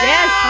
Yes